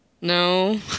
No